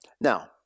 Now